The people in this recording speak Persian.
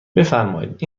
بفرمایید